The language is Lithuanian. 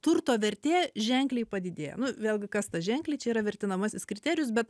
turto vertė ženkliai padidėja nu vėlgi kas tas ženkliai čia yra vertinamasis kriterijus bet